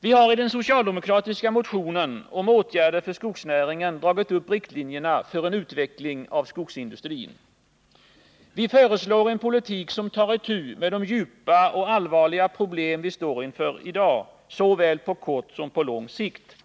Vi har i den socialdemokratiska motionen om åtgärder för skogsnäringen dragit upp riktlinjerna för en utveckling av skogsindustrin. Vi föreslår en politik som tar itu med de djupa och allvarliga problem vi står inför i dag, såväl på kort som på lång sikt.